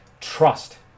trust